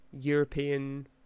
European